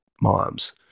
moms